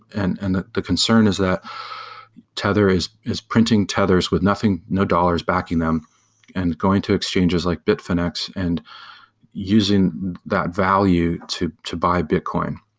and and the concern is that tether is is printing tethers with nothing, no dollars backing them and going to exchanges like bitfinex and using that value to to buy bitcoin.